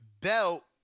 belt